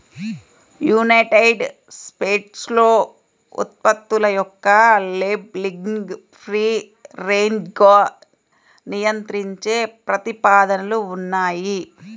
United స్టేట్స్లో ఉత్పత్తుల యొక్క లేబులింగ్ను ఫ్రీ రేంజ్గా నియంత్రించే ప్రతిపాదనలు ఉన్నాయి